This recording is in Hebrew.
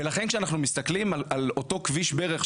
ולכן כשאנחנו מסתכלים על אותו כביש ברך,